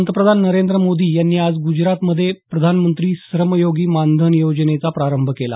पंतप्रधान नरेंद्र मोदी यांनी आज गुजरात मध्ये प्रधानमंत्री श्रमयोगी मानधन योजनेचा प्रारंभ केला